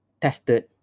tested